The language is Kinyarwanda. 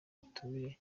ubutumire